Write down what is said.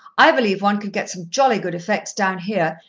i believe one could get some jolly good effects down here.